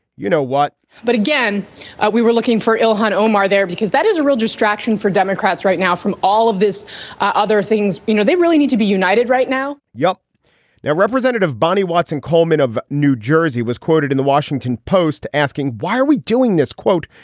you know what but again we were looking for illinois omar there because that is a real distraction for democrats right now from all of this other things you know they really need to be united right now yep now representative bonnie watson coleman of new jersey was quoted in the washington post asking why are we doing this quote.